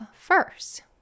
first